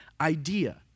idea